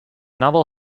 novel